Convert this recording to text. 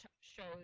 shows